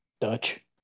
Dutch